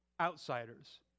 outsiders